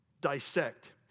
dissect